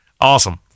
Awesome